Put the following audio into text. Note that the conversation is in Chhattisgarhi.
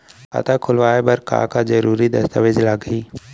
खाता खोलवाय बर का का जरूरी दस्तावेज लागही?